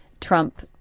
Trump